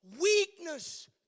Weakness